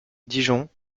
dijon